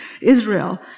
Israel